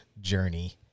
journey